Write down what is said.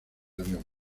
avión